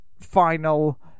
final